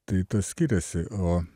tai tas skiriasi o